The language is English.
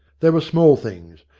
they were small things,